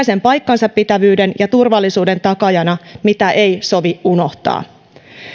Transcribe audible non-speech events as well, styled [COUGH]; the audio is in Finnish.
[UNINTELLIGIBLE] sen paikkansapitävyyden ja turvallisuuden takaajana mitä ei sovi unohtaa